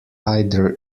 either